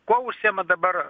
kuo užsiima dabar